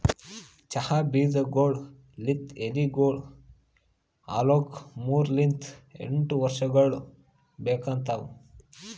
ಚಹಾ ಬೀಜಗೊಳ್ ಲಿಂತ್ ಎಲಿಗೊಳ್ ಆಲುಕ್ ಮೂರು ಲಿಂತ್ ಎಂಟು ವರ್ಷಗೊಳ್ ಬೇಕಾತವ್